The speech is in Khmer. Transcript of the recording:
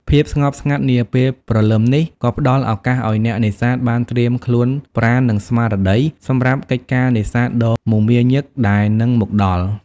ភាពស្ងប់ស្ងាត់នាពេលព្រលឹមនេះ ក៏ផ្តល់ឱកាសឲ្យអ្នកនេសាទបានត្រៀមខ្លួនប្រាណ និងស្មារតីសម្រាប់កិច្ចការនេសាទដ៏មមាញឹកដែលនឹងមកដល់។